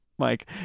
Mike